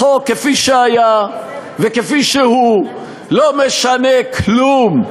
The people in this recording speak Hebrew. החוק כפי שהיה וכפי שהוא לא משנה כלום,